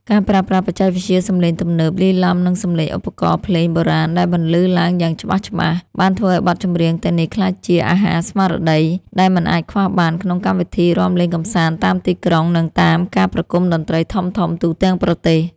ការប្រើប្រាស់បច្ចេកវិទ្យាសម្លេងទំនើបលាយឡំនឹងសម្លេងឧបករណ៍ភ្លេងបុរាណដែលបន្លឺឡើងយ៉ាងច្បាស់ៗ បានធ្វើឱ្យបទចម្រៀងទាំងនេះក្លាយជា អាហារស្មារតី ដែលមិនអាចខ្វះបានក្នុងកម្មវិធីរាំលេងកម្សាន្តតាមទីក្រុង និងតាមការប្រគំតន្ត្រីធំៗទូទាំងប្រទេស។